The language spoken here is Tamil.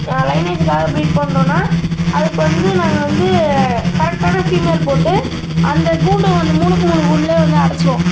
லைனேஜுக்காக ப்ரீட் பண்ணுறோன்னா அதுக்கு வந்து நாங்கள் வந்து கரெக்டான ஃபிமேல் போட்டு அந்த கூண்டு அந்த மூணுக்கு மூணு கூண்டுலேயே வந்து அடைச்சிருவோம்